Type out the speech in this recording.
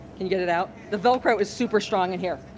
can you get it out? the velcro is super strong in here.